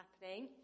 happening